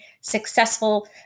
successful